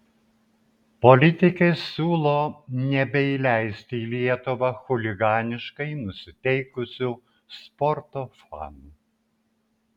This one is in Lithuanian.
politikė siūlo nebeįleisti į lietuvą chuliganiškai nusiteikusių sporto fanų